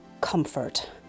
comfort